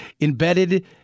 embedded